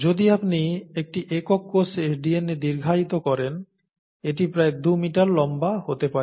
যদি আপনি একটি একক কোষে DNA দীর্ঘায়িত করেন এটি প্রায় 2 মিটার লম্বা হতে পারে